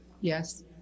Yes